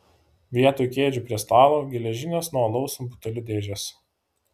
vietoj kėdžių prie stalo geležinės nuo alaus butelių dėžės